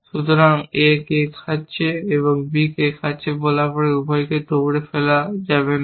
সুতরাং a cake খাচ্ছে এবং b কেক খাচ্ছে বলার পরে উভয়কেই দৌড়ে ফেলা যাবে না